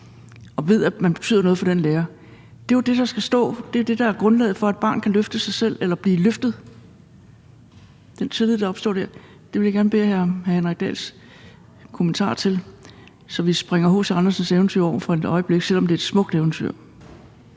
og ved, at man betyder noget for den lærer. Det er det, der skal stå. Det er jo det, der er grundlaget for, at et barn kan løfte sig selv eller blive løftet, altså den tillid, der opstår der. Det vil jeg gerne bede om hr. Henrik Dahls kommentarer til. Så vi springer H.C. Andersens eventyr over et øjeblik, selv om det er et smukt eventyr.